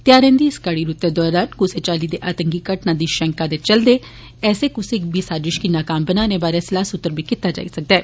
धेयार्रे दी इस केड़ी रूतै दौरान कुसै चाली दी आतंकी घटना दी शैंका दे चलदे ऐसी क्सै बी साजश गी नकाम बनाने बारै सलाह सूत्र बी कीता जाई सकदा ऐ